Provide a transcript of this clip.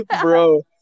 Bro